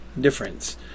difference